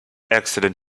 excellent